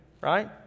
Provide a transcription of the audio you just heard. Right